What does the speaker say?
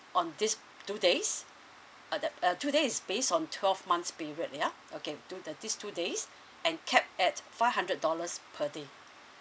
on these two days uh that uh two days is based on twelve months period ya okay to the these two days and capped at five hundred dollars per day